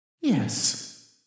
Yes